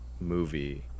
movie